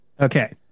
Okay